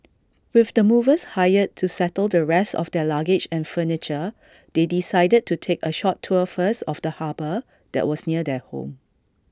with the movers hired to settle the rest of their luggage and furniture they decided to take A short tour first of the harbour that was near their home